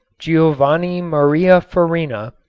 giovanni maria farina,